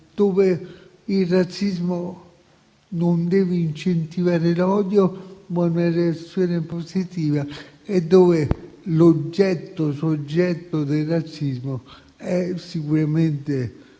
cui il razzismo non deve incentivare l'odio, ma una reazione positiva, e l'oggetto-soggetto del razzismo è sicuramente